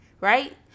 Right